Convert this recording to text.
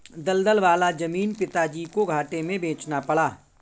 दलदल वाला जमीन पिताजी को घाटे में बेचना पड़ा